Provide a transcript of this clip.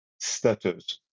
status